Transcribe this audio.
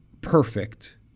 perfect